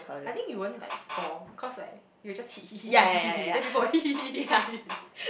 I think it won't like fall cause like it will like hit hit hit hit hit then people will hit hit hit hit hit hit